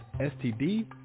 STD